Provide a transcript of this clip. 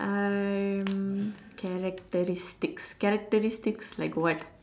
um characteristics characteristics like what